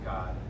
God